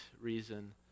reason